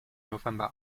november